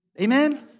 Amen